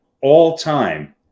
all-time